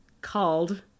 called